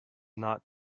not